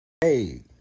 Hey